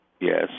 Yes